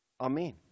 Amen